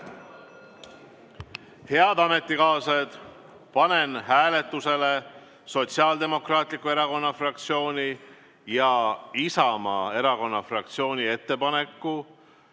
Head ametikaaslased! Panen hääletusele Sotsiaaldemokraatliku Erakonna fraktsiooni ja Isamaa fraktsiooni ettepaneku